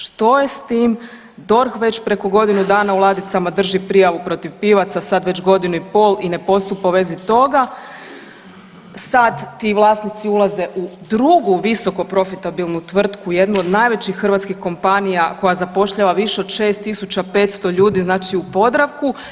Što je s tim, DORH već preko godinu dana u ladicama drži prijavu protiv Pivaca, sad već godinu i pol i ne postupa u vezi toga, sad ti vlasnici ulaze u drugu visokoprofitabilnu tvrtku, jednu od najvećih hrvatskih kompanija koja zapošljava više od 6 500 ljudi, znači u Podravku.